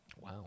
Wow